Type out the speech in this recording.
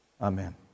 Amen